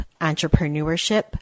entrepreneurship